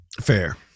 Fair